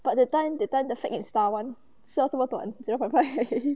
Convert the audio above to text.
but that time that time the fact in star [one] serve 这么短 zero point five 而已